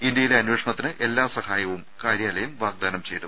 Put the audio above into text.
ഇന്ത്യയിലെ അന്വേഷണത്തിന് എല്ലാ സഹായവും കാര്യാലയം വാഗ്ദാനം ചെയ്തു